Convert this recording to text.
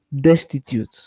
destitute